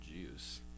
juice